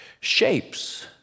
shapes